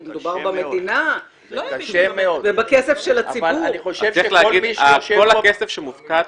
כי מדובר במדינה ובכסף של הציבור --- אני רוצה להגיד שכל הכסף שמופקד,